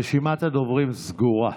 רשימת הדוברים סגורה.